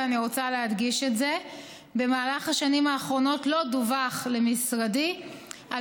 ואני רוצה להדגיש את זה: במהלך השנים האחרונות לא דווח למשרדי על